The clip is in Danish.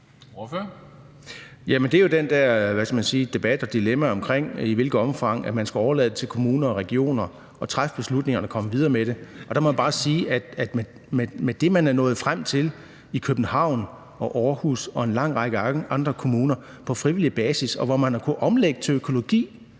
det er jo den der debat og det der dilemma omkring, i hvilket omfang man skal overlade til kommuner og regioner at træffe beslutningerne og komme videre med det, og der må jeg bare sige, at med det, man er nået frem til i København og Aarhus og en lang række andre kommuner på frivillig basis, har man kunnet omlægge til økologi